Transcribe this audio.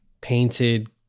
painted